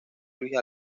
luis